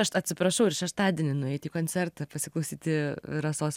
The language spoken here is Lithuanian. aš atsiprašau ir šeštadienį nueit į koncertą pasiklausyti rasos